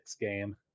game